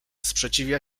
sprzeciwia